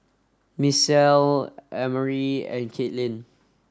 Misael Emery and Katelyn